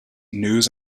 news